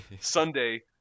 sunday